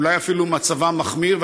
ואולי אפילו מצבם מחמיר.